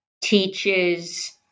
teaches